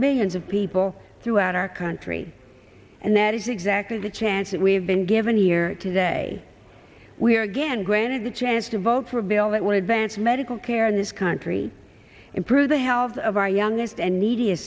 millions of people throughout our country and that is exactly the chance that we have been given here today we are again granted the chance to vote for a bill that would ban for medical care in this country improve the health of our youngest and needi